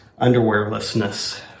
underwearlessness